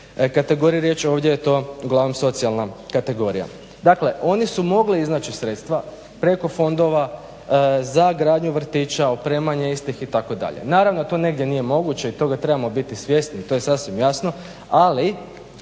kategoriji riječ. Ovdje je to uglavnom socijalna kategorija. Dakle, oni su mogli iznaći sredstva preko fondova za gradnju vrtića, opremanje istih itd. Naravno, to negdje nije moguće i toga trebamo biti svjesni i to je sasvim jasno, ali